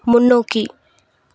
முன்னோக்கி